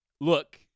look